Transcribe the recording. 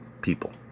people